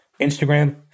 Instagram